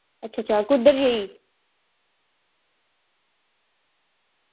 अच्छा अच्छा कुद्धर जेही